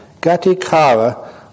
Gatikara